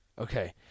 Okay